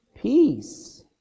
Peace